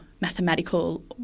mathematical